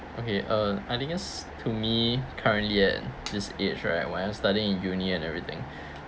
okay uh I think it's to me currently at this age right when I'm studying in uni and everything